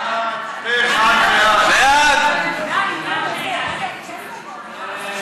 ההצעה להעביר את הצעת חוק להעלאת